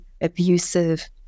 abusive